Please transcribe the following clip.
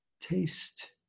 taste